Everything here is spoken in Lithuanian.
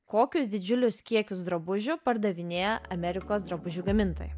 kokius didžiulius kiekius drabužių pardavinėja amerikos drabužių gamintoja